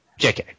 JK